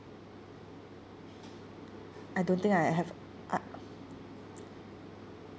I don't think I have I